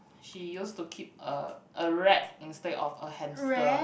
she used to keep a a rat instead of a hamster